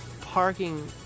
parking